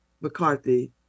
McCarthy